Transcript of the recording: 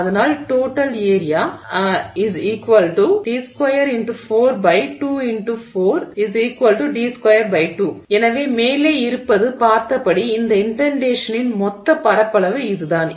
அதனால் Total area d2× 4 2 ×4 d22 எனவே மேலே இருந்து பார்த்தபடி இந்த இன்டென்டேஷனின் மொத்த பரப்பளவு இதுதான்